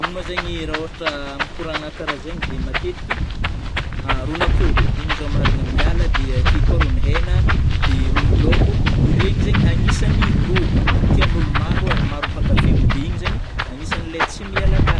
Igny ma zegny ra ôhatra mikoragna karazegny de matetiky rôn'akôho, igny zao mahalagna miala de ake kô rony hena, de rony laoko, iregny zegny agnisany rô tian'ôlo maro ary maro mapankafy o, de igny zegny agnisany lai tsy miala aka.